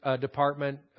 department